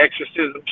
exorcism